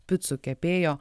picų kepėjo